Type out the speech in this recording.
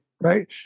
Right